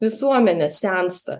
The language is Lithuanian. visuomenė sensta